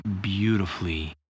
beautifully